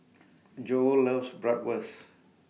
Joe loves Bratwurst